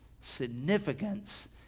significance